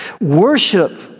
Worship